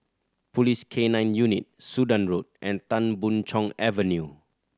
Police K Nine Unit Sudan Road and Tan Boon Chong Avenue